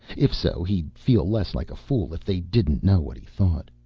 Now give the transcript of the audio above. if so, he'd feel less like a fool if they didn't know what he thought.